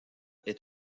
est